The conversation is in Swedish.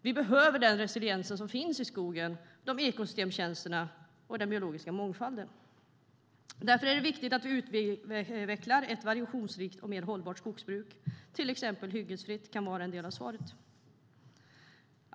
Vi behöver den resiliens som finns i skogen, ekosystemtjänsterna och den biologiska mångfalden. Därför är det viktigt att vi utvecklar ett variationsrikt och mer hållbart skogsbruk där till exempel hyggesfritt kan vara en del av svaret.